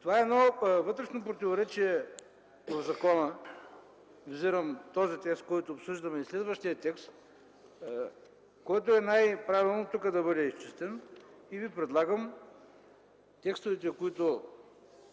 Това е едно вътрешно противоречие в закона. Визирам текста, който обсъждаме, и следващия текст, който най-правилно е тук да бъде изчистен. Предлагам Ви текстовете, които